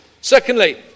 Secondly